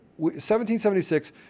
1776